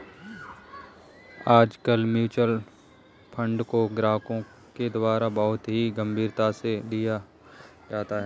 आजकल mutual fund को ग्राहकों के द्वारा बहुत ही गम्भीरता से लिया जाता है